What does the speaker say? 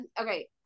okay